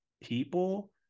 people